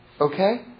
Okay